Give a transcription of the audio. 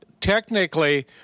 technically